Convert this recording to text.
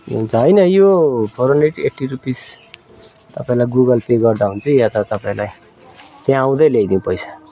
हुन्छो होइन यो four hundred eighty rupees तपाईँलाई गुगल पे गर्दा हुन्छ या त तपाईँलाई त्यहाँ आउँदै ल्याइदिउँ पैसा